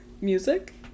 Music